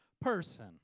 person